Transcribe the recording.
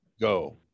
Go